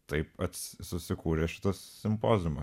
taip pats susikūrė šitas simpoziumas